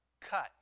cut